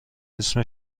اسم